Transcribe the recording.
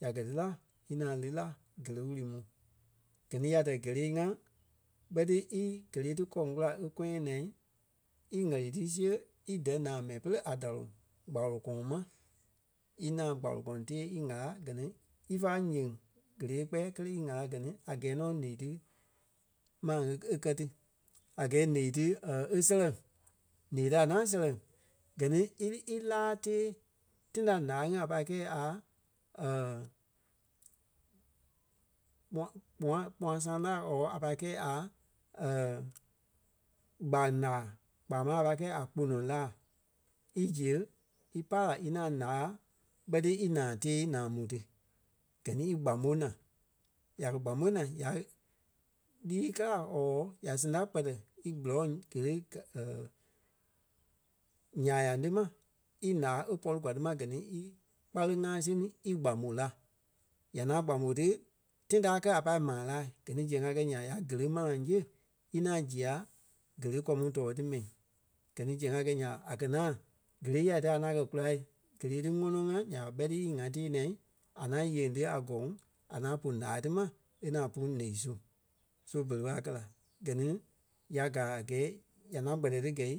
Ya gɛ ti la í ŋaŋ lí la géle wúrui mu. Gɛ ni ya tɛ̀ géle ŋa ɓe ti í géle ti gɔ̂ŋ kula e kɔyaŋ naa, í ŋ̀ɛ́li ti siɣe í dɛ̀ naa mɛi pere a daloŋ kpalo kɔɔŋ ma. Í ŋaŋ kpalo kɔɔŋ tɛɛ í ŋ̀ála gɛ ni ífa nyeŋ gelee e kpɛɛ kelee í ŋ̀ala gɛ ni a gɛɛ nɔ ǹeɣii ti ma e- e- kɛ̀ ti. A gɛɛ ǹeɣii ti e sɛlɛŋ. Ǹeɣii ti a ŋaŋ sɛlɛŋ gɛ ni íli í láa tée. Tãi da láa ŋí a pâi kɛi a kpuâ- kpuâ- kpuâ sã́a láa or a pai kɛi a gbâŋ láa kpaa máŋ a pâi kɛi a kpono láa. Í ziɣe í pai la í ŋaŋ ǹaa ɓe ti í naa tée naa mu ti. Gɛ ni í gbamo naa. Ya kɛ̀ gbamo naa ya lîi káa or ya sɛŋ ta kpɛtɛ í kpuloŋ géle kɛ- nyaa ya le ma í laa e pɔri kwaa ti ma gɛ ní í kpáleŋ ŋa séne í kpamɔ la. Ya ŋaŋ kpamɔ ti, tãi ta kɛ̀ a pâi maa laa. Gɛ mi zɛŋ a kɛ nya ɓa ya géle mãnaŋ siɣe í ŋaŋ zia géle gɔ̂ŋ mu tɔ́ɔ ti mɛi. Gɛ ni zɛŋ a kɛi nya ɓa, a kɛ̀ ŋaŋ géle yà ti a ŋaŋ kɛ́ kula géle ti ŋɔnɔ ŋa nya ɓa bɛ ti í ŋa tee naa, a ŋaŋ yeŋ ti a gɔ̂ŋ, a ŋaŋ pú ǹaa ti ma, e ŋaŋ pú ǹeɣii su. So berei ɓé a kɛ́ la. Gɛ ni ya gaa a gɛɛ; nyaŋ ŋaŋ kpɛtɛ ti gɛi